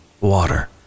water